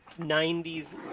90s